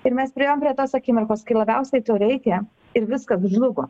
ir mes priėjom prie tos akimirkos kai labiausiai to reikia ir viskas žlugo